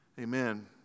Amen